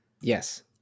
Yes